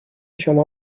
شما